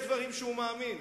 יש דברים שהוא מאמין,